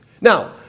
Now